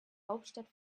hauptstadt